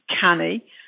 canny